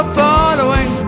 following